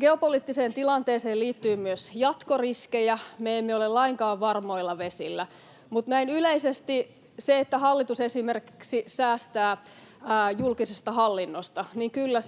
Geopoliittiseen tilanteeseen liittyy myös jatkoriskejä. Me emme ole lainkaan varmoilla vesillä. Mutta näin yleisesti sillä, että hallitus esimerkiksi säästää julkisesta hallinnosta, on kyllä